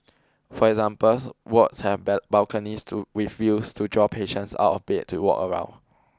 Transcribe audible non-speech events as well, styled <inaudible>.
for examples wards have <unintelligible> balconies to reviews to draw patients out of bed to walk around